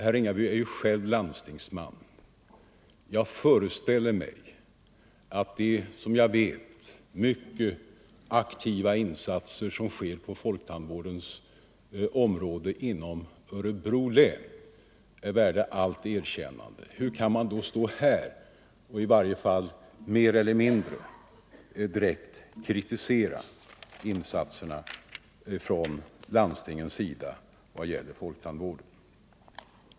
Herr Ringaby är ju själv landstingsman och vet lika bra som jag vilka utomordentliga insatser som görs på folktandvårdens område inom Örebro län. De är värda allt erkännande. Hur kan herr Ringaby då stå här och mer eller mindre direkt kritisera landstingens insatser vad gäller folktandvården?